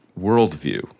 worldview